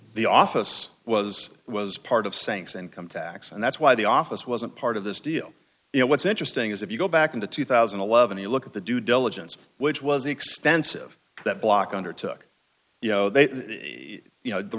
the office was was part of saints income tax and that's why the office wasn't part of this deal you know what's interesting is if you go back into two thousand and eleven you look at the due diligence which was extensive that block undertook you know they you know the